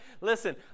listen